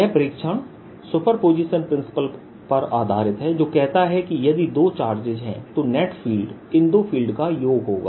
यह प्रेक्षण superposition principle पर आधारित है जो कहता है कि यदि दो चार्जेस हैं तो नेट फील्ड इन दो फील्ड का योग होगा